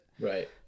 Right